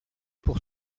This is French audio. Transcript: pour